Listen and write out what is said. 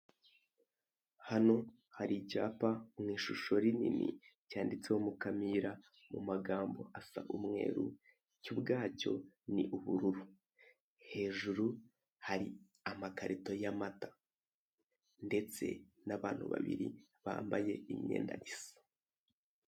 Hano hari icyapa mu ishusho rinini cyanditseho Mukamira mu magambo asa umweru cyo ubwacyo ni ubururu hejuru hari amakarito y'amata ndetse n'abantu babiri bambaye imyenda isa.